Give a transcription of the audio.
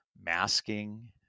masking